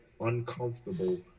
uncomfortable